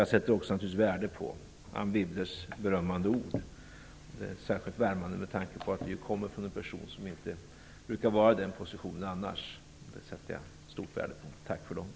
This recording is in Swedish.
Jag sätter också naturligtvis värde på Anne Wibbles berömmande ord. De var särskilt värmande med tanke på att de kommer från en person som inte brukar vara i den positionen annars. Det sätter jag stort värde på. Tack för de orden.